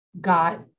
got